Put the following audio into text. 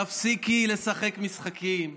תפסיקי לשחק משחקים.